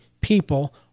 people